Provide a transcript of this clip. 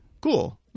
cool